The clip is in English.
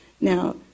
Now